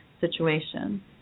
situation